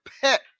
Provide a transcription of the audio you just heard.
pet